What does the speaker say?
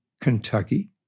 Kentucky